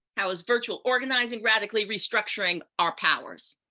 how is virtual organizing radically restructuring our powers?